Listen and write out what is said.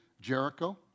Jericho